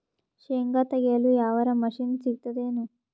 ಶೇಂಗಾ ತೆಗೆಯಲು ಯಾವರ ಮಷಿನ್ ಸಿಗತೆದೇನು?